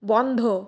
বন্ধ